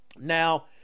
now